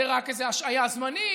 זה רק איזו השהיה זמנית,